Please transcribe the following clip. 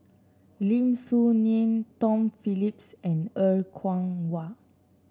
Lim Soo Ngee Tom Phillips and Er Kwong Wah